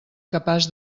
capaç